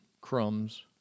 crumbs